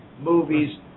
movies